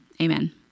Amen